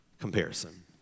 comparison